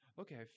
okay